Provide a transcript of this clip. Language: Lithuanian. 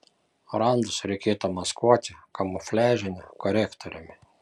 randus reikėtų maskuoti kamufliažiniu korektoriumi